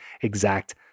exact